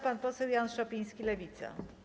Pan poseł Jan Szopiński, Lewica.